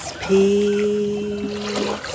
peace